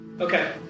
Okay